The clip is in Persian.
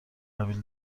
قبیل